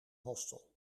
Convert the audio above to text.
hostel